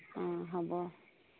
অঁ হ'ব